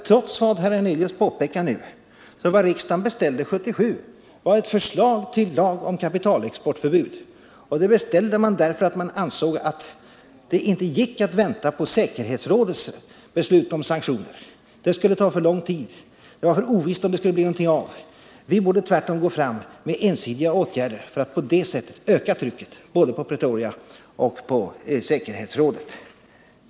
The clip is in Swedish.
Trots det herr Hernelius påpekar nu, så beställde riksdagen 1977 ett förslag till lag om kapitalexportförbud. Det beställde man därför att man ansåg att det inte gick att vänta på säkerhetsrådets beslut om sanktioner. Det skulle ha tagit för lång tid. Det var för ovisst om det skulle bli någonting av. Vi borde tvärtom gå fram med ensidiga åtgärder för att på det sättet öka trycket både på Pretoria och på säkerhetsrådet.